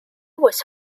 was